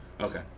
Okay